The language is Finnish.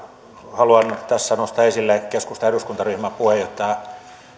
haluan tässä nostaa esille keskustan eduskuntaryhmän puheenjohtaja